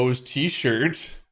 t-shirt